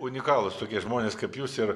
unikalūs tokie žmonės kaip jūs ir